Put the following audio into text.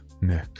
Nick